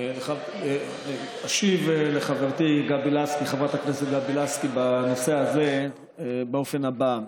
אני אשיב לחברתי חברת הכנסת גבי לסקי בנושא הזה באופן הבא: